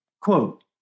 Quote